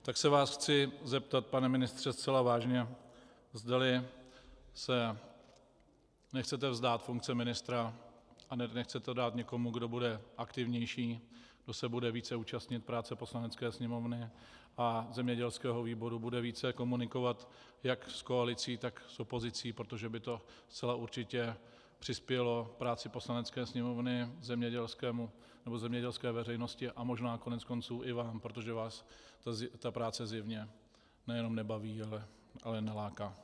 Tak se vás chci zeptat, pane ministře, zcela vážně, zdali se nechcete vzdát funkce ministra a nechcete ji dát někomu, kdo bude aktivnější, kdo se bude více účastnit práce Poslanecké sněmovny a zemědělského výboru, bude více komunikovat jak s koalicí, tak s opozicí, protože by to zcela určitě přispělo k práci Poslanecké sněmovny, zemědělské veřejnosti a možná koneckonců i vám, protože vás ta práce zjevně nejenom nebaví, ale neláká.